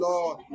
Lord